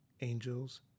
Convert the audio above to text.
angels